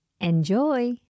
Enjoy